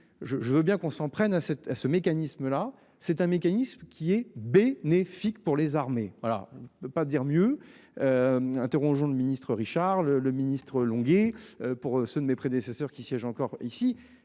je veux bien qu'on s'en prenne à cette à ce mécanisme-là c'est un mécanisme qui est bénéfique pour les armées. Voilà, ne pas dire mieux. Interrompt le ministre Richard le le ministre Longuet pour ceux de mes prédécesseurs qui siège encore ici,